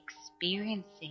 experiencing